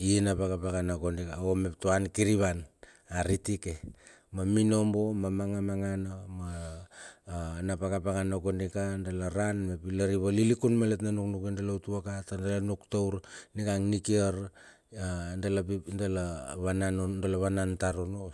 I napakapakana kondi ka o mep toan kir i van a ritike ma minobo, ma magamagana, ma na pakapakana kondika dala ran mep ivalilikun malet na nuknuki dala utuaka tar dala nuk taur ningang nikiar ya dala pipil dala vanan dala vanan tar onno.